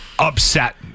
Upset